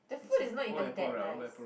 the food is not even that nice